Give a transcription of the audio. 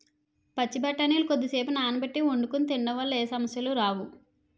పచ్చి బఠానీలు కొద్దిసేపు నానబెట్టి వండుకొని తినడం వల్ల ఏ సమస్యలు రావు